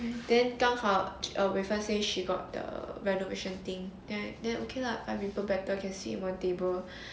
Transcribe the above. then 刚好 err fen says she got the renovation thing then okay lah five people better can sit in one table